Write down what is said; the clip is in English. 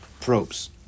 probes